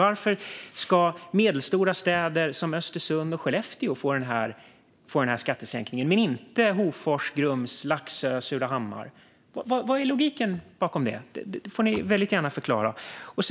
Varför ska medelstora städer som Östersund och Skellefteå få den här skattesänkningen, men inte Hofors, Grums, Laxå och Surahammar? Vilken är logiken bakom det? Det får ni väldigt gärna förklara.